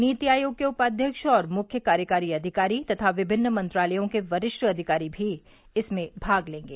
नीति आयोग के उपाध्यक्ष और मुख्य कार्यकारी अधिकारी तथा विभिन्न मंत्रालयों के वरिष्ठ अधिकारी भी इसमें भाग लेंगे